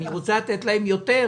אני רוצה לתת להם יותר,